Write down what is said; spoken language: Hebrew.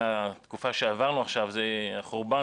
מה עמדתכם ביחס לעלויות הכספיות לרשויות מקומיות חלשות?